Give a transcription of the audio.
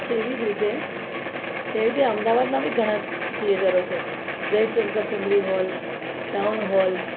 તેવી જ રીતે તે રીતે અમદાવાદમાં પણ ઘણા થિએટરો છે Jaishankar Sundari hall town hall